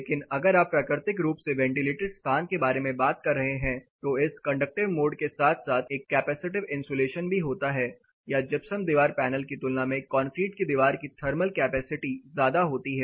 लेकिन अगर आप प्राकृतिक रूप से वेंटिलेटेड स्थान के बारे में बात कर रहे हैं तो इस कंडक्टिव मोड के साथ साथ एक कैपेसिटिव इन्सुलेशन भी होता है या जिप्सम दीवार पैनल की तुलना में कंक्रीट की दीवार की थर्मल कैपेसिटी ज्यादा होती है